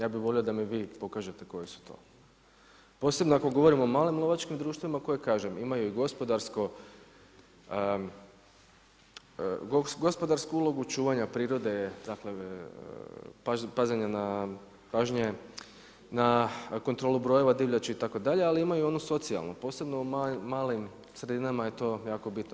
Ja bih volio da mi vi pokažete koje su to, posebno ako govorimo o malim lovačkim društvima koje kažem imaju gospodarsku ulogu čuvanja prirode, dakle pažnje na kontrolu brojeva divljači itd. ali imaju i onu socijalnu posebno u malim sredinama je to jako bitno.